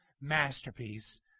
masterpiece